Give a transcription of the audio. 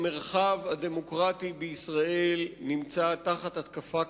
המרחב הדמוקרטי בישראל נמצא תחת התקפה כבדה.